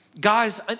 Guys